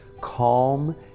calm